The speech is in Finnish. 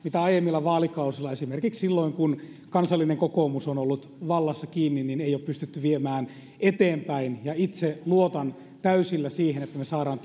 joita aiemmilla vaalikausilla esimerkiksi silloin kun kansallinen kokoomus on ollut vallassa kiinni ei ole pystytty viemään eteenpäin ja itse luotan täysillä siihen että me saamme